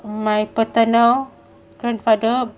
my paternal grandfather